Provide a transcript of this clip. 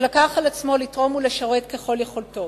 שלקח על עצמו לתרום ולשרת ככל יכולתו.